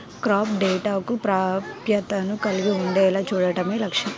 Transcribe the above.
crop డేటాకు ప్రాప్యతను కలిగి ఉండేలా చూడడమే లక్ష్యం